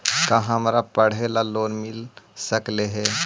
का हमरा पढ़े ल लोन मिल सकले हे?